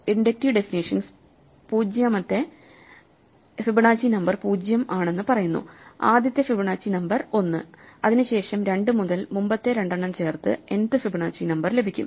inductive definitions 0 ാമത്തെ Fibonacci number 0 ആണെന്ന് പറയുന്നു ആദ്യത്തെ ഫിബൊനാച്ചി നമ്പർ 1 അതിനുശേഷം രണ്ട് മുതൽ മുമ്പത്തെ രണ്ടെണ്ണം ചേർത്ത് n ത് ഫിബൊനാച്ചി നമ്പർ ലഭിക്കും